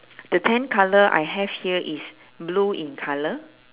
the tent colour I have here is blue in colour